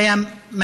זה היה מזוויע.